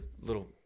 little